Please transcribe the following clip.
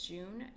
June